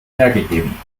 hergegeben